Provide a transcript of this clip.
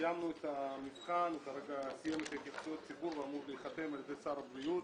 סיימנו את המבחן והוא אמור להיחתם על ידי שר הבריאות.